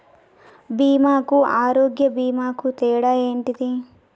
బీమా కు ఆరోగ్య బీమా కు తేడా ఏంటిది?